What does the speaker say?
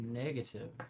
Negative